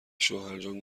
شوهرجان